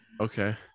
Okay